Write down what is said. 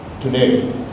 Today